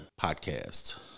Podcast